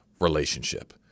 relationship